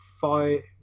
five